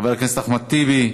חבר הכנסת אחמד טיבי,